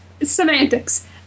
Semantics